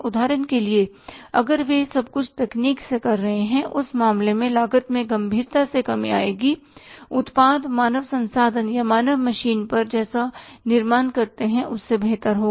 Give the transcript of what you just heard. उदाहरण के लिए अगर वे सब कुछ तकनीक से कर रहे हैं उस मामले में लागत में गंभीरता से कमी आएगी उत्पाद मानव संसाधन या मानव मशीन पर जैसा निर्माण करते है उससे बेहतर होगा